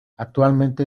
actualmente